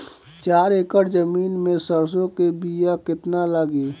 चार एकड़ जमीन में सरसों के बीया कितना लागी?